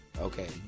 okay